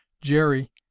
Jerry